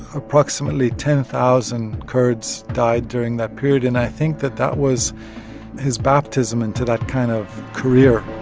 approximately, ten thousand kurds died during that period. and i think that that was his baptism into that kind of career